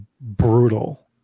brutal